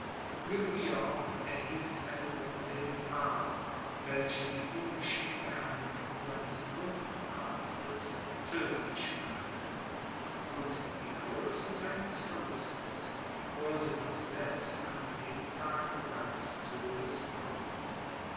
erhielt eine wunde im arm welche die ungeschickte hand seines wundarztes tödtlich machte und die größe seines verlustes wurde noch selbst an dem tage seines todes kund